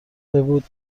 بود